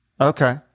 Okay